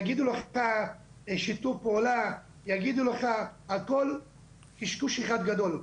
יגידו לך שיתוף פעולה והכל קשקוש אחד גדול.